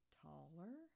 taller